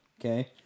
Okay